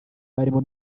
barimo